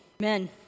Amen